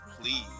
please